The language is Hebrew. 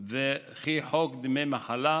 וכי חוק דמי מחלה